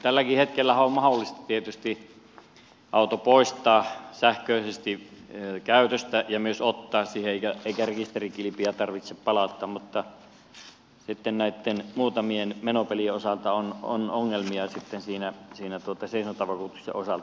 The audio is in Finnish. tälläkin hetkellähän on tietysti mahdollista auto poistaa sähköisesti käytöstä ja myös ottaa siihen eikä rekisterikilpiä tarvitse palauttaa mutta sitten näitten muutamien menopelien osalta on ongelmia seisontavakuutuksien osalta